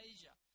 Asia